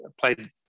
played